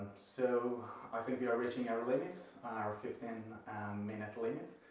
so i think we are reaching our limit, our fifteen minute limit,